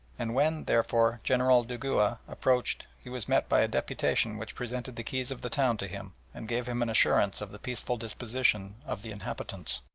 and when, therefore, general dugua approached he was met by a deputation which presented the keys of the town to him, and gave him an assurance of the peaceful disposition of the inhabitants.